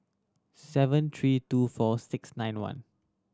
seven three two four six nine one